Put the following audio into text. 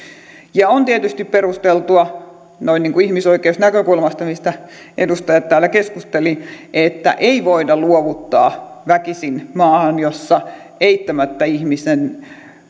ja on tietysti perusteltua ihmisoikeusnäkökulmasta mistä edustajat täällä keskustelivat että ei voida luovuttaa väkisin maahan jossa eittämättä ihmisellä on